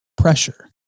pressure